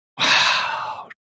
Wow